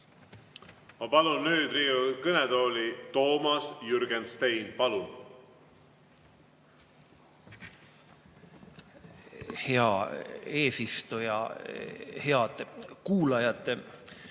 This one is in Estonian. Ma palun nüüd Riigikogu kõnetooli Toomas Jürgensteini. Palun! Hea eesistuja! Head kuulajad!